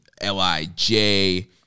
L-I-J